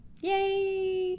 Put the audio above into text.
yay